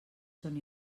són